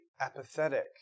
apathetic